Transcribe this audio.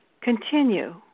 Continue